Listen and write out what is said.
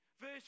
Verse